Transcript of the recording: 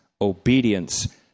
Obedience